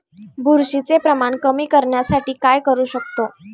बुरशीचे प्रमाण कमी करण्यासाठी काय करू शकतो?